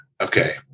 Okay